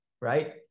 right